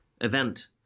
event